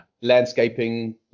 Landscaping